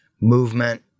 movement